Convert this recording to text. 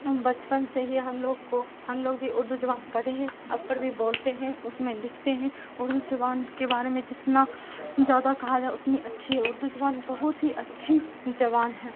بچپن سے ہی ہم لوگ کو ہم لوگ بھی اردو زبان پڑھے ہیں اب پر بھی بولتے ہیں اس میں لکھتے ہیں اردو زبان کے بارے میں جتنا زیادہ کہا جائے اتنی اچھی ہے اردو زبان بہت ہی اچھی زبان ہے